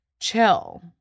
chill